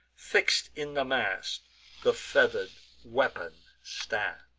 fix'd in the mast the feather'd weapon stands